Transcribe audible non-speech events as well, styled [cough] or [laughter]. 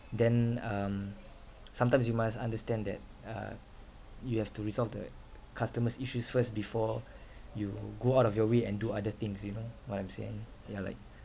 then um sometimes you must understand that uh you have to resolve the [noise] customers' issues first before you go out of your way and do other things you know what I'm saying ya like